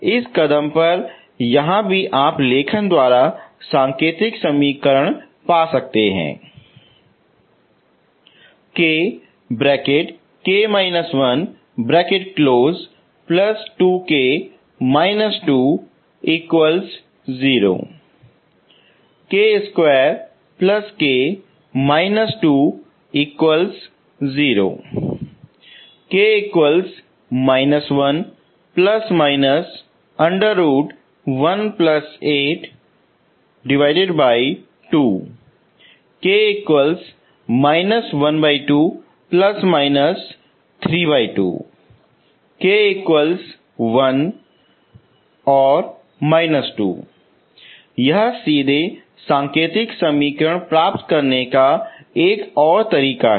इस कदम पर यहां ही आप लेखन द्वारा सांकेतिक समीकरण पा सकते हैं यह सीधे सांकेतिक समीकरण प्राप्त करने का एक और तरीका है